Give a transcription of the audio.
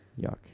Yuck